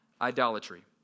idolatry